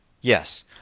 Yes